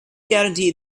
guarantee